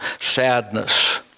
sadness